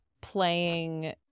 playing